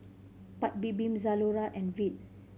Paik Bibim Zalora and Veet